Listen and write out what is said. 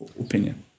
opinion